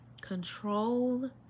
Control